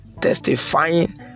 testifying